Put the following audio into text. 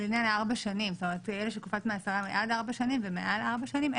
זאת אומרת אלה שתקופת מאסרם היא עד ארבע שנים ומעל ארבע שנים,